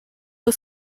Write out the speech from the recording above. was